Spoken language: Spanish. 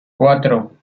cuatro